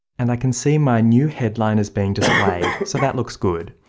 and i can see my new headline is being displayed, so that looks good.